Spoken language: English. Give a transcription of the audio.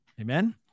Amen